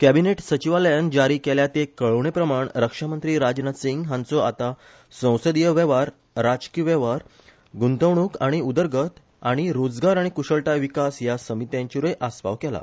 कॅबीनेट सचिवालयान जारी केल्या ते कळोवणे प्रमाण रक्षामंत्री राजनाथ सिंग हांचो आता संसदिय वेव्हार राजकी वेव्हार गुंतवणुक आनी उदरगत आनी रोजगार आनी कुशळताय विकास ह्या समित्यांचेरुय आसपाव केला